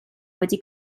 wedi